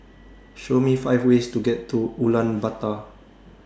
Show Me five ways to get to Ulaanbaatar